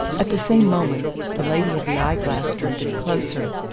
at the same moment the lady of the eye-glass drifted closer,